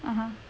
(uh huh)